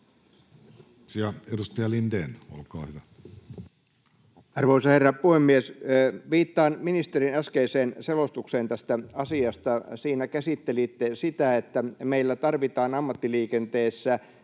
Edustaja Lindén, olkaa hyvä. Arvoisa herra puhemies! Viittaan ministerin äskeiseen selostukseen tästä asiasta. Siinä käsittelitte sitä, että meillä tarvitaan ammattiliikenteessä